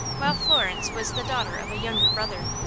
while florence was the daughter of a younger brother.